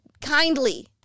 kindly